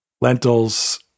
lentils